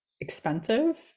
expensive